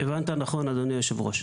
הבנת את זה נכון, אדוני היו"ר.